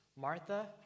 Martha